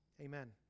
Amen